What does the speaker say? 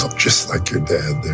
ah just a kid that